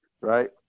right